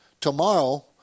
tomorrow